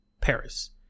Paris